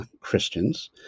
Christians